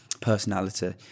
personality